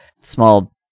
small